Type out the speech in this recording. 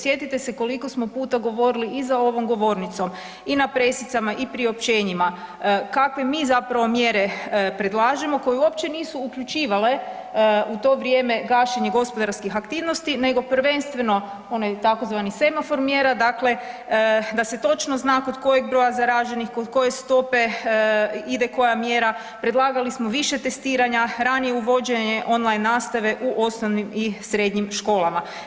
Sjetite se koliko smo puta govorili i za ovom govornicom i na presicama i priopćenjima kakve mi zapravo mjere predlažemo koje uopće nisu uključivale u to vrijeme gašenje gospodarskih aktivnosti nego prvenstveno onaj tzv. semafor mjera dakle da se točno zna kod kojeg broja zaraženih, kod koje stope ide koja mjera, predlagali smo više testiranja, ranije uvođenje online nastave u osnovnim i srednjim školama.